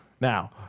Now